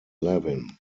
levin